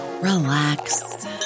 relax